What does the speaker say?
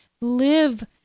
live